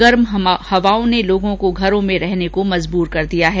गर्म हवाओं ने लोगों को घरो में रहने को मजबूर कर दिया है